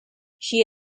she